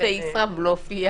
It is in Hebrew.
איזה ישראבלוף.